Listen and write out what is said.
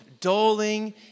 doling